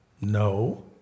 No